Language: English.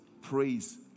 praise